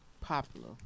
popular